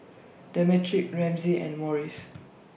Demetric Ramsey and Maurice